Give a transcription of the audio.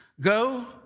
go